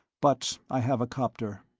but i have a copter.